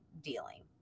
dealing